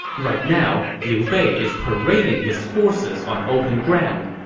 right now, liu bei is parading his forces on open ground,